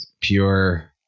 pure